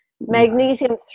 Magnesium